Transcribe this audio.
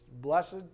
blessed